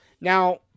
Now